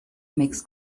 makes